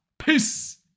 Peace